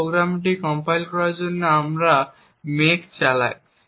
এই প্রোগ্রামটি কম্পাইল করার জন্য আমরা make চালাই